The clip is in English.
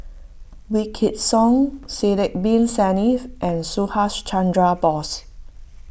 Wykidd Song Sidek Bin Saniff and Subhas Chandra Bose